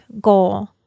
goal